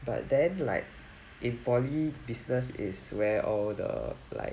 but then like in poly business is where all the like